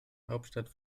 hauptstadt